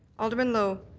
alderman lowe?